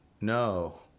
No